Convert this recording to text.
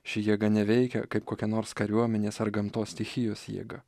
ši jėga neveikia kaip kokia nors kariuomenės ar gamtos stichijos jėga